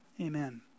Amen